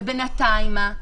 ובינתיים מה?